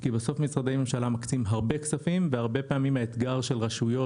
כי בסוף משרדי ממשלה מקצים רבה כספים והרבה פעמים האתגר של רשויות